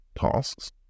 tasks